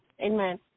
Amen